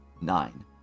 nine